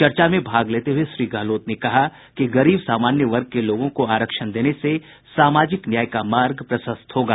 चर्चा में भाग लेते हुए श्री गहलोत ने कहा कि गरीब सामान्य वर्ग के लोगों को आरक्षण देने से सामाजिक न्याय का मार्ग प्रशस्त होगा